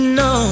no